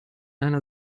einer